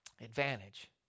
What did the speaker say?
Advantage